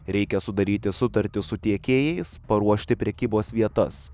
reikia sudaryti sutartis su tiekėjais paruošti prekybos vietas